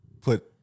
put